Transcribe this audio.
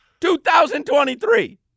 2023